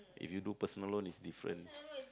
if you do personal loan it's different